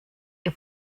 ihr